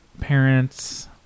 parents